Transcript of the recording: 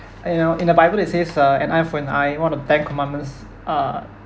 you know in the bible they says uh an eye for an eye one of ten commandments uh